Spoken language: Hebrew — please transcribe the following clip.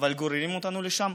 אבל גוררים אותנו לשם,